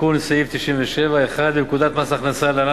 תיקון סעיף 97: 1. בפקודת מס הכנסה (להלן,